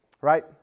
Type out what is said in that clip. right